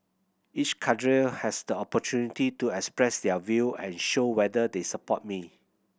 each cadre has the opportunity to express their view and show whether they support me